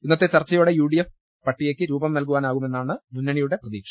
ഇന്നത്തെ ചർച്ചയോടെ യുഡിഎഫ് പട്ടിക്ക് രൂപം നൽകാനാകുമെന്നാണ് മുന്നണിയുടെ പ്രതീക്ഷ